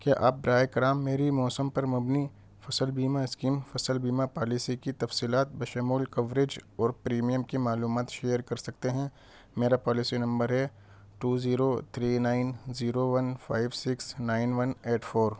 کیا آپ براہ کرم میری موسم پر مبنی فصل بیمہ اسکیم فصل بیمہ پالیسی کی تفصیلات بشمول کوریج اور پریمیم کی معلومات شیئر کر سکتے ہیں میرا پالیسی نمبر ہے two zero three nine zero one five six nine one eight four